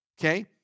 Okay